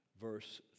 verse